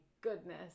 goodness